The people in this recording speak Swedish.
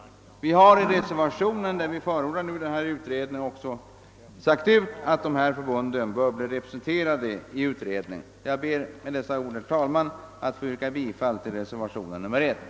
Vi har i reservationen, där vi förordar denna utredning, också sagt ut att förbunden bör bli representerade i utredningen. Med dessa ord ber jag, herr talman, att få yrka bifall till reservationen nr 1.